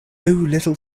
little